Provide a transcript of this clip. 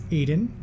Aiden